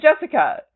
Jessica